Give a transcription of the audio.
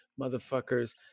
motherfuckers